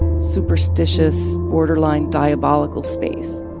superstitious, borderline diabolical space